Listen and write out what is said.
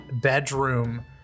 bedroom